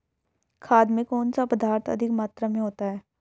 खाद में कौन सा पदार्थ अधिक मात्रा में होता है?